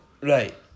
Right